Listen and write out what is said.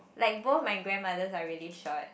like both my grandmothers are really short